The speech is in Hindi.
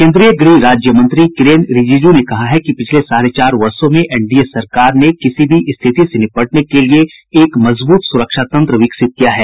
केन्द्रीय गृह राज्य मंत्री किरेन रिजिजू ने कहा है कि पिछले साढ़े चार वर्षो में एनडीए सरकार ने किसी भी स्थिति से निपटने के लिए एक मजबूत सुरक्षा तंत्र विकसित किया है